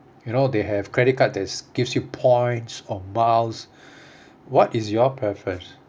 you know they have credit card that's gives you points or miles what is your preference